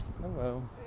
Hello